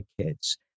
kids